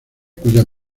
cuya